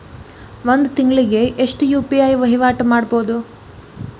ಒಂದ್ ತಿಂಗಳಿಗೆ ಎಷ್ಟ ಯು.ಪಿ.ಐ ವಹಿವಾಟ ಮಾಡಬೋದು?